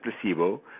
placebo